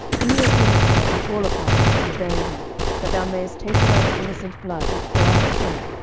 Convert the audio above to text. do as he hath said, and fall upon him, and bury him that thou mayest take away the innocent blood, which joab shed,